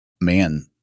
Man